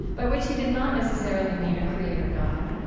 by which he did not necessarily mean a creator god.